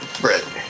Brett